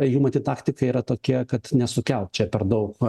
ji matyt taktika yra tokia kad nesukelt čia per daug